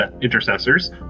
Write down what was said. intercessors